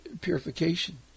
purification